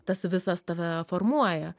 tas visas tave formuoja